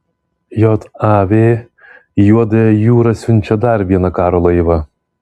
jav į juodąją jūrą siunčia dar vieną karo laivą